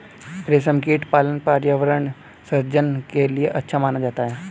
रेशमकीट पालन पर्यावरण सृजन के लिए अच्छा माना जाता है